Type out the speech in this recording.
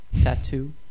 Tattoo